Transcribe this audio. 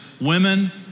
women